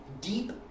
deep